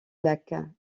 lac